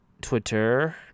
Twitter